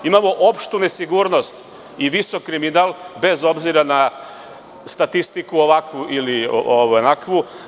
Imamo opštu nesigurnost i visok kriminal bez obzira na statistiku, ovakvu ili onakvu.